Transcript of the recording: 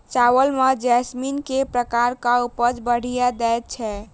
चावल म जैसमिन केँ प्रकार कऽ उपज बढ़िया दैय छै?